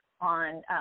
on